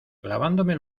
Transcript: clavándome